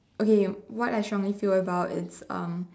okay what I strongly feel about it's um